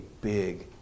big